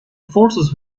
forces